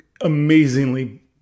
amazingly